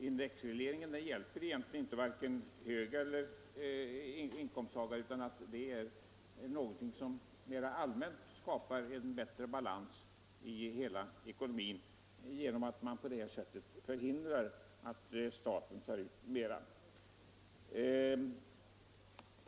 Indexregleringen hjälper egentligen varken högeller låginkomsttagare utan skapar mera allmänt en bättre balans i hela ekonomin genom att man förhindrar att staten tar ut mera.